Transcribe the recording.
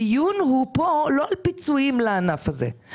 הדיון פה הוא לא על פיצויים לענף הזה,